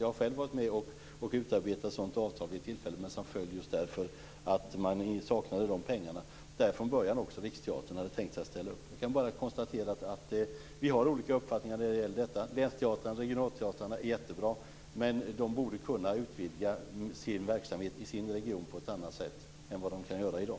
Jag har själv varit med vid ett tillfälle och utarbetat ett sådant avtal, men det föll just därför att man saknade pengarna. Där hade från början Riksteatern också tänkt ställa upp. Jag kan bara konstatera att vi har olika uppfattningar när det gäller detta. Länsteatrarna och regionalteatrarna är jättebra, men de borde kunna utvidga sin verksamhet i sin region på ett annat sätt än vad de kan göra i dag.